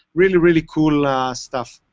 really, really cool ah stuff.